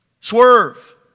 Swerve